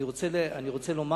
אני רוצה לומר